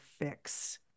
fix